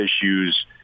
issues